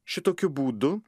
šitokiu būdu